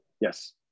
Yes